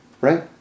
right